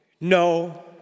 no